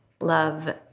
Love